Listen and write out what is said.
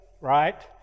right